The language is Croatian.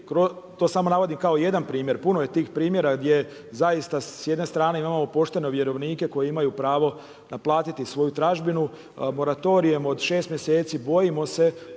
to samo navodim kao jedan primjer, puno je tih primjera gdje zaista s jedne strane imamo poštene vjerovnike koji imaju pravo naplatiti svoju tražbinu, moratorijem od 6 mjeseci, bojimo se